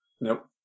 nope